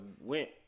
went